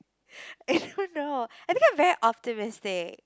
I don't know I think I'm very optimistic